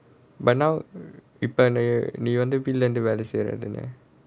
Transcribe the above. but now depend leh நீ வந்து வீட்டுல இருந்து வேலை செய்ற தானே:nee vanthu veetula irunthu velai seira thaanae